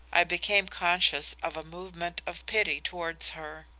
i became conscious of a movement of pity towards her.